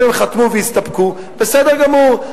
אם הם חתמו והסתפקו, בסדר גמור.